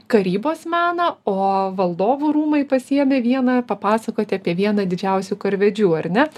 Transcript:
karybos meną o valdovų rūmai pasiėmė vieną papasakoti apie vieną didžiausių karvedžių ar ne